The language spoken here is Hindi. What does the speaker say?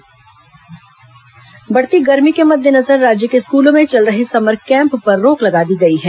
समर कैम्प स्थगित बढ़ती गर्मी के मद्देनजर राज्य के स्कूलों में चल रहे समर कैंप पर रोक लगा दी गई है